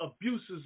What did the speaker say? abuses